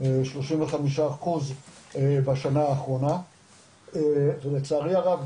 35 אחוז בשנה האחרונה ולצערי הרב,